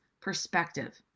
perspective